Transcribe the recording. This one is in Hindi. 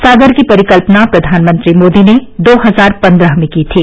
सागर की परिकल्पना प्रधानमंत्री मोदी ने दो हजार पन्द्रह में की थी